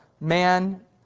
man